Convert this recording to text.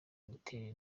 imiterere